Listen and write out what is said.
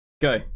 Go